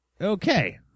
Okay